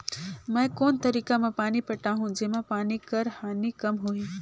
मैं कोन तरीका म पानी पटाहूं जेमा पानी कर हानि कम होही?